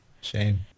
shame